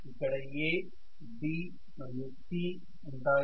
ఇక్కడ A B మరియు C ఉంటాయి